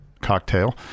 cocktail